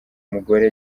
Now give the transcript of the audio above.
umugore